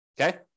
okay